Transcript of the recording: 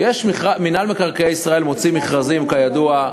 מינהל מקרקעי ישראל מוציא מכרזים, כידוע,